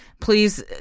please